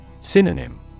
Synonym